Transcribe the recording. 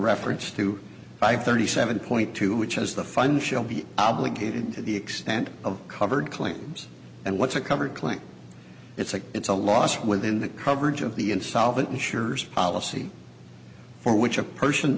reference to five thirty seven point two which is the fund shall be obligated to the extent of covered claims and what's a covered claim it's a it's a loss within the coverage of the insolvent insurers policy for which a person